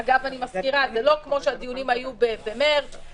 זה לא כמו הדיונים שהיו במרץ,